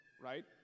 right